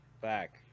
back